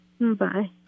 Bye